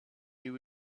you